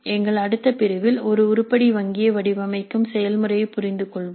எங்கள் அடுத்த பிரிவில் ஒரு உருப்படி வங்கியை வடிவமைக்கும் செயல்முறையைப் புரிந்துகொள்வோம்